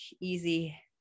easy